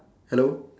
hello